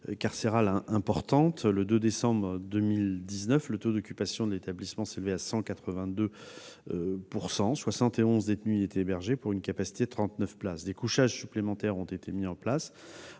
carcérale importante. Le 2 décembre 2019, le taux d'occupation de l'établissement s'élevait à 182 %: 71 détenus y étaient hébergés pour une capacité de 39 places. Des couchages supplémentaires ont été mis en place